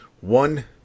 one